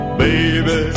baby